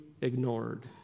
ignored